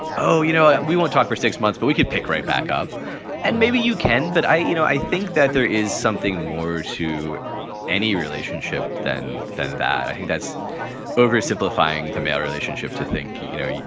oh, you know, we won't talk for six months, but we could pick right back up and maybe you can. but i you know, i think that there is something more to any relationship than than that i think that's oversimplifying the male relationship to think, you know,